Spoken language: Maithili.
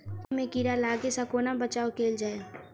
कोबी मे कीड़ा लागै सअ कोना बचाऊ कैल जाएँ?